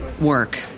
work